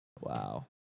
Wow